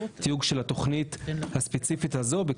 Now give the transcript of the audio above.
ואנחנו מקווים שעד סוף תכנית החומש כבר לא יהיו פערי